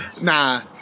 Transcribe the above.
Nah